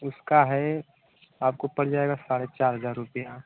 उसका है आपको पड़ जाएगा साढ़े चार हजार रुपिया